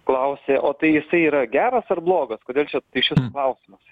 klausė o tai jisai yra geras ar blogas kodėl čia išvis klausimas